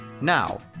Now